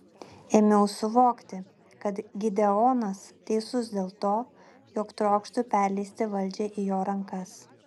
ėmiau suvokti kad gideonas teisus dėl to jog trokštu perleisti valdžią į jo rankas